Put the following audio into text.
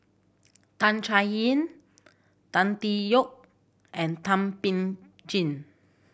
Tan Chay Yan Tan Tee Yoke and Thum Ping Tjin